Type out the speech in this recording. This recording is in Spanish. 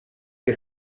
que